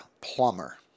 plumber